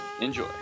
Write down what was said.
Enjoy